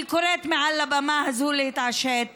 אני קוראת מעל הבמה הזאת להתעשת